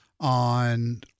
on